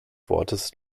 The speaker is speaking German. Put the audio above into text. wortes